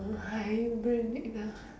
oh hibernate ah